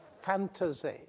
fantasy